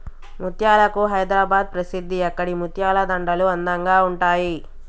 ముత్యాలకు హైదరాబాద్ ప్రసిద్ధి అక్కడి ముత్యాల దండలు అందంగా ఉంటాయి